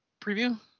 preview